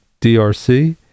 drc